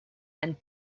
and